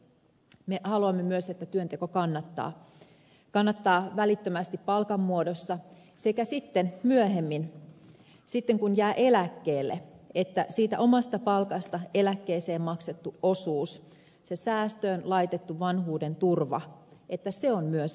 me haluamme myös että työnteko kannattaa että se kannattaa välittömästi palkan muodossa sekä sitten myöhemmin kun jää eläkkeelle että siitä omasta palkasta eläkkeeseen maksettu osuus se säästöön laitettu vanhuudenturva on myös riittävä